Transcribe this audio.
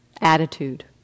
attitude